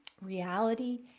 reality